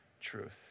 truth